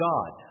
God